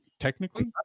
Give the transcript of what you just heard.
technically